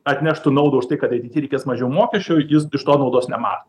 atneštų naudą už tai kad ateity reikės mažiau mokesčių jis iš to naudos nemato